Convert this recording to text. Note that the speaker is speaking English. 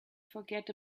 forget